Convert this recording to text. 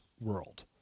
world